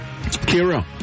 kira